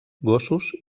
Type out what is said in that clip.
gossos